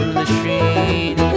machine